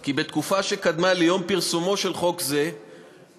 כי בתקופה שקדמה ליום פרסומו של חוק זה נבנתה